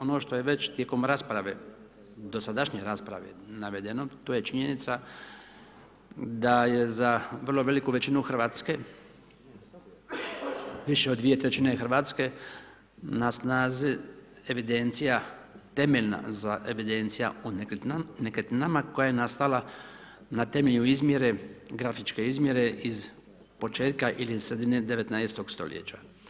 Ono što je već tijekom rasprave, dosadašnje rasprave navedeno to je činjenica da je za vrlo veliku većinu Hrvatske više od dvije trećine Hrvatske na snazi evidencija, temeljna evidencija o nekretninama koja je nastala na temelju izmjere, grafičke izmjere iz početka ili iz sredine 19.-og stoljeća.